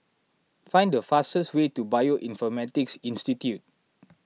find the fastest way to Bioinformatics Institute